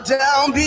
down